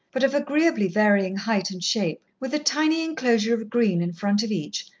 but of agreeably varying height and shape, with a tiny enclosure of green in front of each,